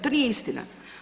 To nije istina.